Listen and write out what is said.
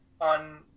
on